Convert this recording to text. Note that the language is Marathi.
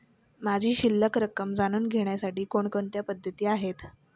माझी शिल्लक रक्कम जाणून घेण्यासाठी कोणकोणत्या पद्धती आहेत?